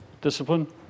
discipline